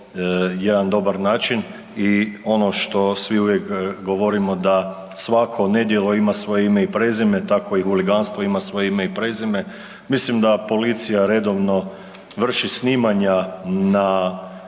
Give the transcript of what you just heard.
jedan dobar način i ono što svi uvijek govorimo da svako nedjelo ima svoje ime i prezime, tako i huliganstvo ima svoje ime i prezime. Mislim da policija redovno vrši snimanja na